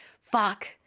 fuck